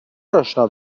اشنا